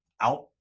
out